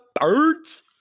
birds